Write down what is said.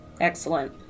Excellent